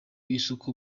isoko